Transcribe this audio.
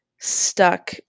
stuck